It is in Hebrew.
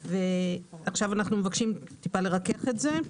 עכשיו אנחנו מבקשים טיפה לרכך ולכתוב כך: